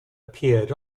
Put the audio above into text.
appeared